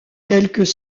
quelques